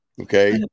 Okay